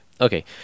Okay